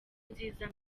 nziza